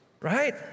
Right